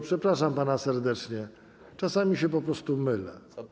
Przepraszam pana serdecznie, czasami się po prostu mylę.